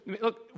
Look